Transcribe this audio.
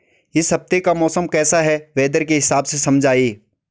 इस हफ्ते का मौसम कैसा है वेदर के हिसाब से समझाइए?